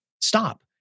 stop